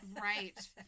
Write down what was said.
Right